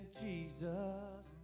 Jesus